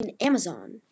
Amazon